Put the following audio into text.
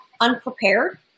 unprepared